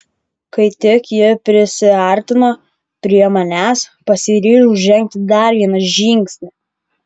kai tik ji prisiartino prie manęs pasiryžau žengti dar vieną žingsnį